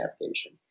navigation